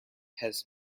has